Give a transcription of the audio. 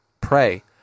Pray